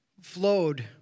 flowed